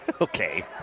Okay